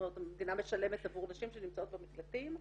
המדינה משלמת עבור נשים שנמצאות במקלטים.